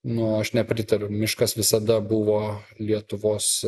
nu aš nepritariu miškas visada buvo lietuvos